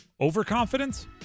overconfidence